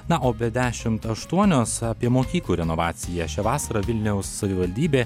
na o be dešimt aštuonios apie mokyklų renovaciją šią vasarą vilniaus savivaldybė